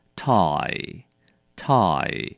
,tie,tie